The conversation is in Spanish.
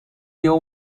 dio